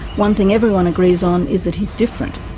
one thing everyone agrees on is that he's different.